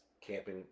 camping